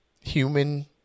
human